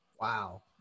Wow